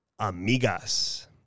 Amigas